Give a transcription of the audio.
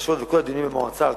הבקשות וכל הדיונים במועצה הארצית,